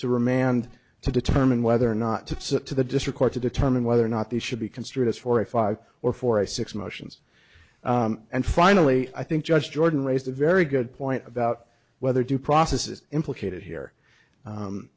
to remand to determine whether or not to pursue it to the district court to determine whether or not these should be construed as forty five or forty six motions and finally i think judge jordan raised a very good point about whether due process is implicated here